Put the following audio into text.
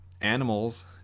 animals